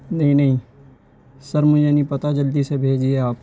نہیں نہیں سر مجھے نہیں پتا جلدی سے بھیجیے آپ